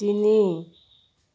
তিনি